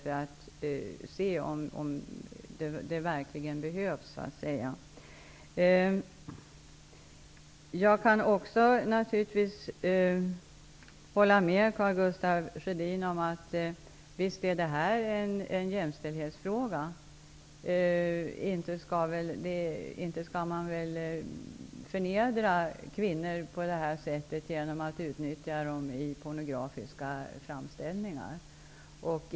Jag kan naturligtvis också hålla med Karl Gustaf Sjödin om att detta visst är en jämställdhetsfråga. Inte skall man väl förnedra kvinnor på det här sättet, genom att utnyttja dem i pornografiska framställningar?